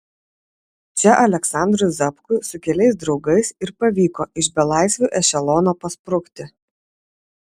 čia aleksandrui zapkui su keliais draugais ir pavyko iš belaisvių ešelono pasprukti